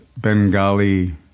Bengali